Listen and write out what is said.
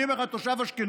אני אומר לך כתושב אשקלון,